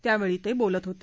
त्यावेळी ते बोलत होते